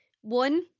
one